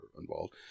involved